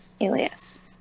alias